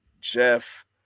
Jeff